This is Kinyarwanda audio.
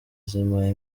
zibaye